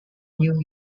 knew